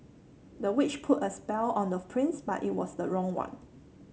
the witch put a spell on the prince but it was the wrong one